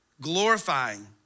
glorifying